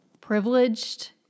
privileged